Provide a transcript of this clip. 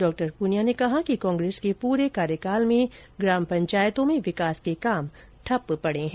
डॉ प्रनिया ने कहा कि कांग्रेस के पूरे कार्यकाल में ग्राम पंचायतों में विकास के काम ठप पडे हैं